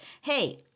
Hey